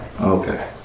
Okay